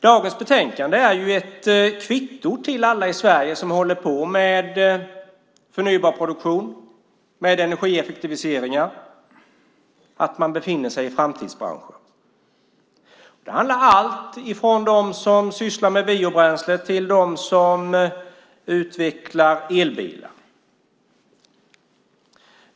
Dagens betänkande är ett kvitto till alla i Sverige som håller på med produktion av förnybar energi och med energieffektivisering på att man befinner sig i en framtidsbransch. Det handlar om alla, från dem som sysslar med biobränsle till dem som utvecklar elbilar.